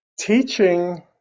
teaching